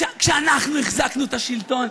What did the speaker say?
כשאנחנו החזקנו את השלטון,